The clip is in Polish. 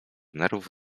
nerwów